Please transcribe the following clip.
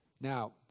Now